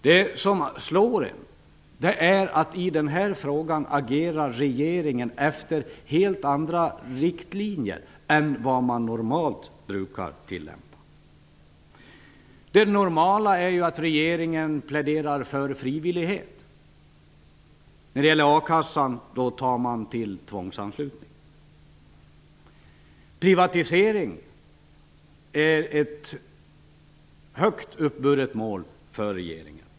Det som slår en är att i den här frågan agerar regeringen efter helt andra riktlinjer än vad man normalt brukar tillämpa. Det normala är att regeringen pläderar för frivillighet. När det gäller a-kassan tar man till tvångsanslutning. Privatisering är ett högt uppburet mål för regeringen.